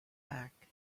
back